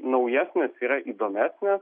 naujesnis yra įdomesnis